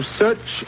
search